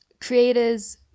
creators